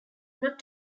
not